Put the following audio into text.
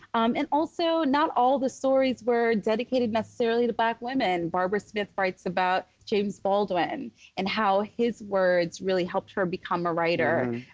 um and, also, not all the stories were dedicated necessarily to black women. barbara smith writes about james baldwin and how his words really helped her become a writer.